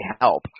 help